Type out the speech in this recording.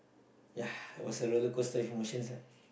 ya it was a rollercoaster of emotions ah